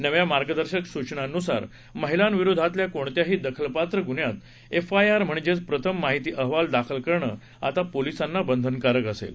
नव्या मार्गदर्शक सुचनांनुसार महिलांविरोधातल्या कोणत्याही दखलपात्र गुन्ह्यात एफआयआर म्हणजेच प्रथम माहिती अहवाल दाखल करणं आता पोलीसांना बंधनकारक असेल